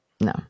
No